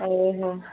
ଓ ହୋ